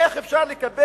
איך אפשר לקבל